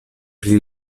pli